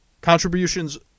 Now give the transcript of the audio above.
contributions